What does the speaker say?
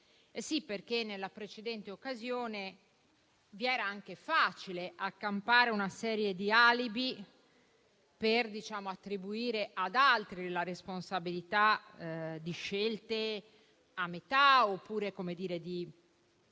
Sì, perché, nella precedente occasione, vi era anche facile accampare una serie di alibi per attribuire ad altri la responsabilità di scelte a metà oppure di